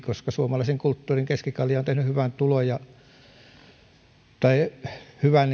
koska suomalaiseen kulttuuriin keskikalja on tehnyt hyvän tulon tai saanut hyvän